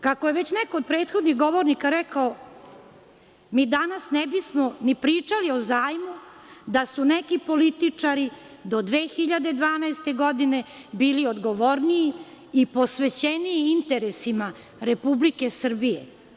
Kako je već neko od prethodnih govornika rekao, mi danas ne bismo ni pričali o zajmu da su neki političari do 2012. godine bili odgovorniji i posvećeniji interesima Republike Srbije.